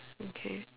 okay